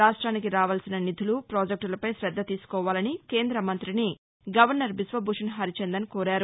రాష్ట్రానికి రావాల్సిన నిధులు ప్రాజెక్టులపై శర్ద తీసుకోవాలని కేంద్ర మంతిని గవర్నర్ బిశ్వభూషణ్ హరిచందన్ కోరారు